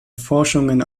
forschungen